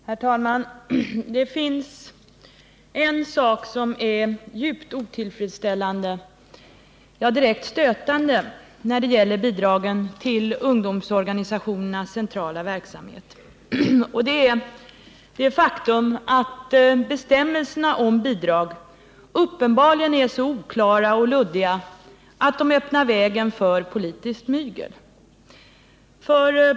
Herr talman! Det finns en sak som är djupt otillfredsställande, ja, direkt stötande, när det gäller bidragen till ungdomsorganisationernas centrala verksamhet, och det är det faktum att bestämmelserna om bidrag uppenbarligen är så oklara och luddiga att de öppnar vägen för politiskt mygel.